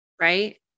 right